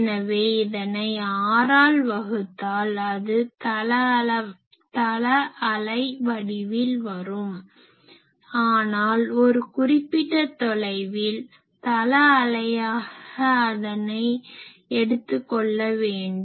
எனவே இதனை r ஆல் வகுத்தால் அது தள அலை வடிவில் வரும் ஆனால் ஒரு குறிப்பிட்ட தொலைவில் தள அலையாக அதனை எடுத்து கொள்ள வேண்டும்